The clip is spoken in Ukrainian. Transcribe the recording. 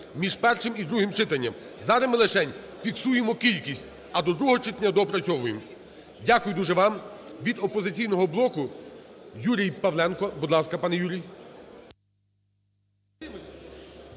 між першим і другим читанням. Зараз ми лишень фіксуємо кількість, а до другого читання доопрацьовуємо. Дякую дуже вам. Від "Опозиційного блоку" – Юрій Павленко. Будь ласка, пане Юрій.